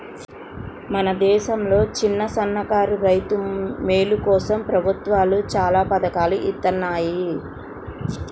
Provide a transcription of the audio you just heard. మన దేశంలో చిన్నసన్నకారు రైతుల మేలు కోసం ప్రభుత్వాలు చానా పథకాల్ని ఇత్తన్నాయి